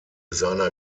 seiner